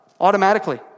automatically